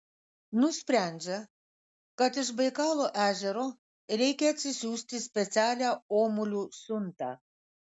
nusprendžia kad iš baikalo ežero reikia atsisiųsti specialią omulių siuntą